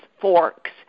forks